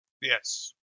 Yes